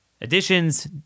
additions